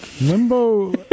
Limbo